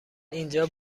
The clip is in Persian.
اینجا